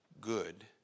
good